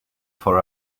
for